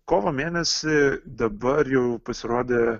kovo mėnesį dabar jau pasirodė